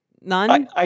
none